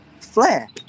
flair